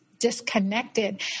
Disconnected